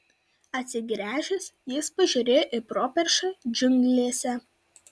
atsigręžęs jis pažiūrėjo į properšą džiunglėse